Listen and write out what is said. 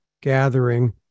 gathering